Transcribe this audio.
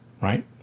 right